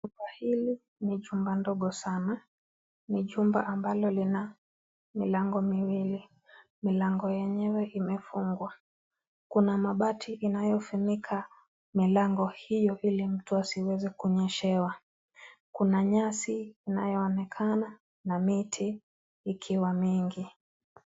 Jumba hili ni jumba ndogo sana, ni jumba ambalo lina milango miwili, milango yenyewe imefungwa. Kuna mabati inayofunika milango hiyo ili mtu asiweze kunyeshewa, kuna nyasi inayoonekana na miti ikiwa mingi.